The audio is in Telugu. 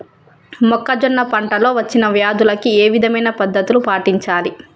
మొక్కజొన్న పంట లో వచ్చిన వ్యాధులకి ఏ విధమైన పద్ధతులు పాటించాలి?